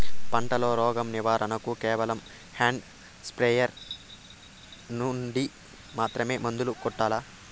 పంట లో, రోగం నివారణ కు కేవలం హ్యాండ్ స్ప్రేయార్ యార్ నుండి మాత్రమే మందులు కొట్టల్లా?